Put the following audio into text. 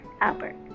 Albert